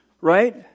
Right